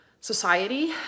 society